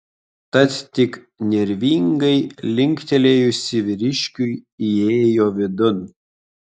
tad tik nervingai linktelėjusi vyriškiui įėjo vidun